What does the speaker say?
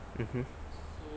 mmhmm